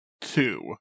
two